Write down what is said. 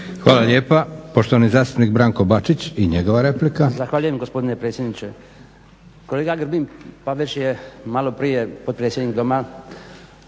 Hvala lijepa. Poštovani zastupnik Branko Bačić i njegova replika. **Bačić, Branko (HDZ)** Zahvaljujem gospodine predsjedniče. Kolega Grbin pa već je maloprije potpredsjednik Doma